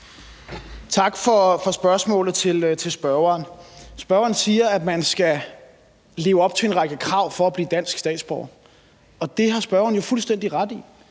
Tak til spørgeren for spørgsmålet. Spørgeren siger, at man skal leve op til en række krav for at blive dansk statsborger, og det har spørgeren jo fuldstændig ret i.